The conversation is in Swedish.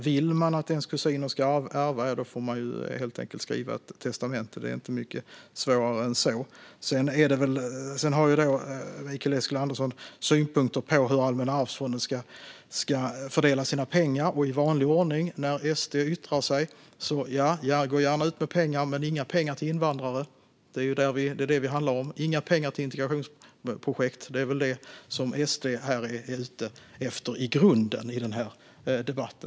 Vill man att ens kusiner ska ärva får man helt enkelt skriva ett testamente. Det är inte svårare än så. Sedan har Mikael Eskilandersson synpunkter på hur Allmänna arvsfonden ska fördela sina pengar. I vanlig ordning när SD yttrar sig låter det: Gå gärna ut med pengar, men inga pengar till invandrare! Det är detta det handlar om: inga pengar till integrationsprojekt! Det är väl det som SD är ute efter i grunden i den här debatten.